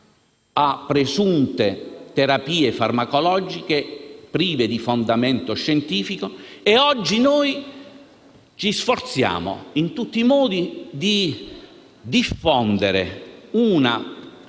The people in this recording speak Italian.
a presunte terapie farmacologiche prive di fondamento scientifico, mentre oggi ci sforziamo in tutti i modi di diffondere una